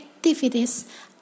activities